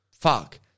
Fuck